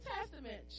Testament